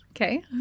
Okay